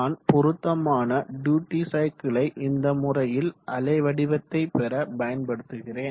நான் பொருத்தமான டியூட்டி சைக்கிளை இந்த முறையில் அலை வடிவத்தை பெற பயன்படுத்துகிறேன்